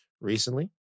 Recently